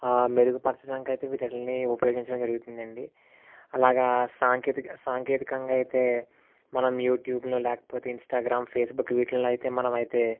మెరుగుపరచడానికైతే వీటన్నిటిని ఉపయోగించడం జరుగుతుందండి అలాగా సాంకేతిక సాంకేతికంగా అయితే మనం యూ ట్యూబ్ లో లేకపోతే ఇన్స్టాగ్రామ్ ఫేస్ బుక్ వీటిల్లో అయితే మనం అయితే